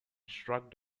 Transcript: shrugged